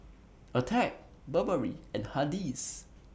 Attack Burberry and Hardy's